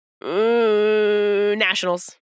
Nationals